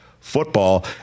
football